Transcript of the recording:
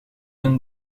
een